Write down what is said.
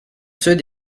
ceux